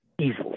easily